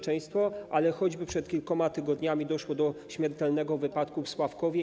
Choćby przed kilkoma tygodniami doszło do śmiertelnego wypadku w Sławkowie.